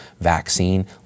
vaccine